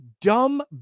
dumb